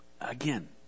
Again